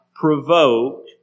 provoke